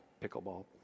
Pickleball